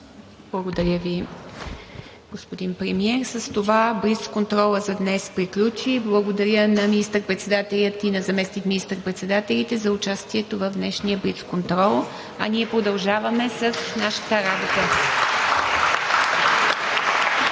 Благодаря Ви, господин Премиер. С това блицконтролът за днес приключи. Благодаря на министър-председателя и на заместник министър председателите за участието в днешния блицконтрол, а ние продължаваме с нашата работа.